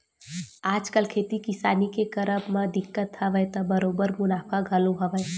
आजकल खेती किसानी के करब म दिक्कत हवय त बरोबर मुनाफा घलो हवय